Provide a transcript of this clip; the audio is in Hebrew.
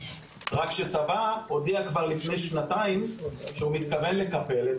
רק שצבא הודיע כבר לפני שנתיים שהוא מתכוון לקפל את